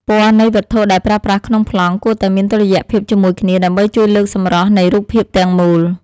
ពណ៌នៃវត្ថុដែលប្រើប្រាស់ក្នុងប្លង់គួរតែមានតុល្យភាពជាមួយគ្នាដើម្បីជួយលើកសម្រស់នៃរូបភាពទាំងមូល។